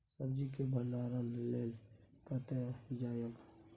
सब्जी के भंडारणक लेल कतय जायब?